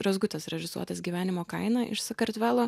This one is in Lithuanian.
rezgutės režisuotas gyvenimo kaina iš sakartvelo